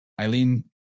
Eileen